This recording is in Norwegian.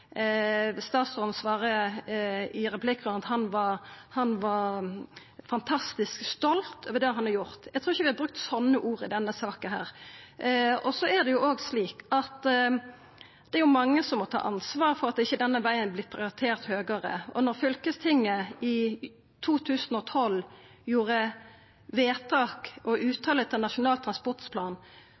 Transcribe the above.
Statsråden svarte i replikkrunden at han var fantastisk stolt over det han har gjort. Eg trur ikkje eg ville brukt slike ord i denne saka. Det er mange som må ta ansvar for at ikkje denne vegen har vorte prioritert høgare. Da Fylkestinget i 2012 gjorde vedtak om ei høyringsuttale til Nasjonal transportplan,